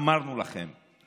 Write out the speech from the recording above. "אמרנו לכם",